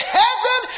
heaven